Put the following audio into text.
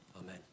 Amen